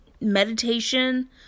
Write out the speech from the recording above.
meditation